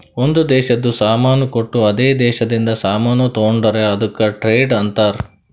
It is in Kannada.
ಒಂದ್ ದೇಶದು ಸಾಮಾನ್ ಕೊಟ್ಟು ಅದೇ ದೇಶದಿಂದ ಸಾಮಾನ್ ತೊಂಡುರ್ ಅದುಕ್ಕ ಟ್ರೇಡ್ ಅಂತಾರ್